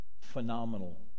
Phenomenal